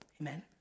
Amen